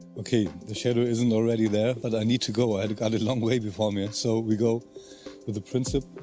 ok, the shadow isn't already there, but i need to go. i got a long way before me and so we go with the principle.